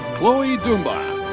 chloe ndomba.